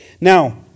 Now